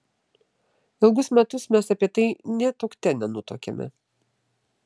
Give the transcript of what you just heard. ilgus metus mes apie tai nė tuokte nenutuokėme